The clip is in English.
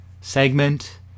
segment